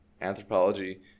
anthropology